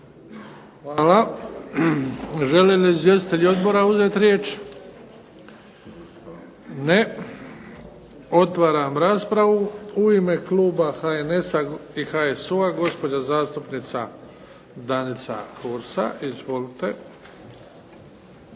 Hvala. Žele li izvjestitelji odbora uzeti riječ? Ne. Otvaram raspravu. U ime kluba HNS-a i HSU-a gospođa zastupnica Danica Hursa, izvolite.